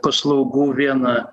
paslaugų vieną